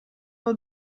will